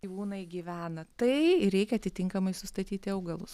gyvūnai gyvena tai reik atitinkamai sustatyti augalus